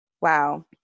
Wow